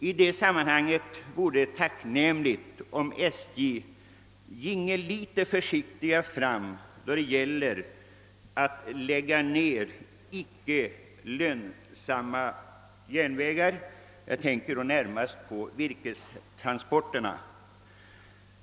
I det sammanhanget vill jag säga att det skulle vara tacknämligt om SJ gick litet försiktigare fram när det blir fråga om att lägga ned icke lönsamma järnvägar. Jag tänker därvid närmast på virkestransporterna.